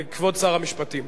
כבוד שר המשפטים.